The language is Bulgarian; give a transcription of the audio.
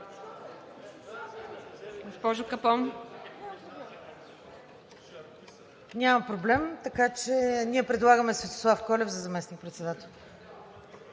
Няма проблем. Ние предлагаме Светослав Колев за заместник-председател.